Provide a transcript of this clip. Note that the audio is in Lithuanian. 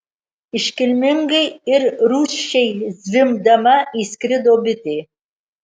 iškilmingai ir rūsčiai zvimbdama įskrido bitė